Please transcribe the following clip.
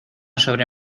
sobre